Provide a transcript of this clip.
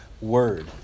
word